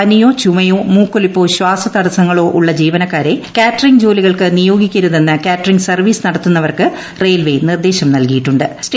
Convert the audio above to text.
പനിയോ ചുമയോ മൂക്കൊലിപ്പോട് ശ്രീാസതടസ്സങ്ങളോ ഉള്ള ജീവനക്കാരെ കാറ്ററിംഗ് ജോലികൾക്ക് നിയോഗിക്കരുതെന്ന് കാറ്ററിംഗ് സർവീസ് നടത്തുന്നവർക്ക് റെയിൽവെ നിർദ്ദേശം നൽകിയിട്ടു്